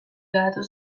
garatuko